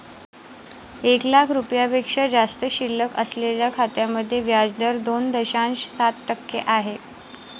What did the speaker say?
एक लाख रुपयांपेक्षा जास्त शिल्लक असलेल्या खात्यांमध्ये व्याज दर दोन दशांश सात टक्के आहे